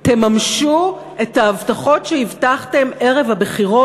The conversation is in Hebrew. תממשו את ההבטחות שהבטחתם ערב הבחירות.